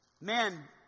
Men